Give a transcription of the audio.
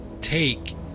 take